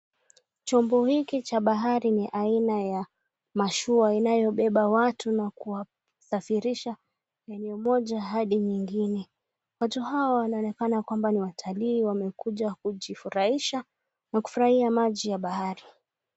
Chombo hiki cha bahari ni aina ya mashua ambayo inayobeba watu na kuwasafirisha eneo moja hadi nyingine. Watu hawa wanaonekana kwamba ni watalii wamekuja kujifurahisha na kufurahia maji ya bahari.